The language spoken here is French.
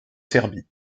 serbie